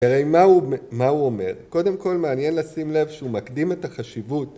הרי מה הוא מה הוא אומר? קודם כל מעניין לשים לב שהוא מקדים את החשיבות